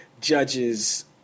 judges